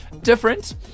different